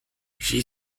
she